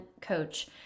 coach